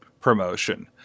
promotion